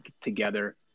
together